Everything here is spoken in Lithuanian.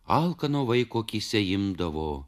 alkano vaiko akyse imdavo